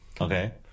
Okay